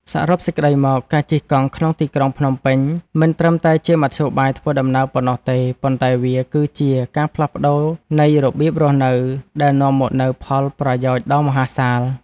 សរុបសេចក្ដីមក ការជិះកង់ក្នុងទីក្រុងភ្នំពេញមិនត្រឹមតែជាមធ្យោបាយធ្វើដំណើរប៉ុណ្ណោះទេ ប៉ុន្តែវាគឺជា ការផ្លាស់ប្ដូរនៃរបៀបរស់នៅ ដែលនាំមកនូវផលប្រយោជន៍ដ៏មហាសាល។